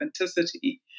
authenticity